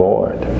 Lord